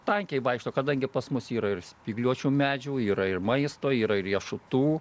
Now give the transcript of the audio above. tankiai vaikšto kadangi pas mus yra ir spygliuočių medžių yra ir maisto yra riešutų